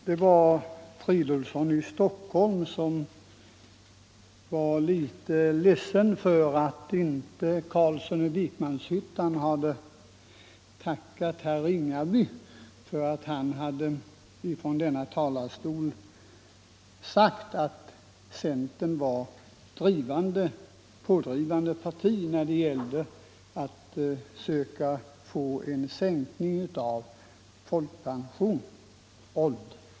Herr Fridolfsson var ledsen för att herr Carlsson i Vikmanshyttan inte hade tackat herr Ringaby för att han från denna talarstol sagt att centern var pådrivande parti när det gällde att söka få en sänkning av folkpensionsåldern.